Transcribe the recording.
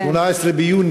השאילתה שלי